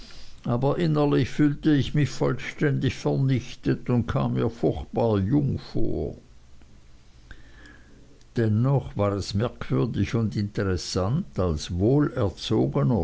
aber innerlich fühlte ich mich vollständig vernichtet und kam mir furchtbar jung vor dennoch war es merkwürdig und interessant als